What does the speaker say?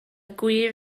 gwir